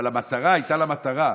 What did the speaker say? אבל המטרה, הייתה להן מטרה,